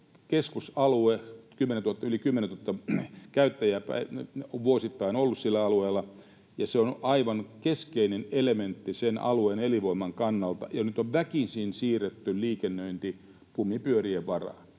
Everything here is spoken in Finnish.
keskusalue, yli 10 000 käyttäjää on vuosittain ollut sillä alueella, ja se on aivan keskeinen elementti sen alueen elinvoiman kannalta. Ja nyt on väkisin siirretty liikennöinti kumipyörien varaan.